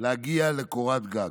להגיע לקורת גג.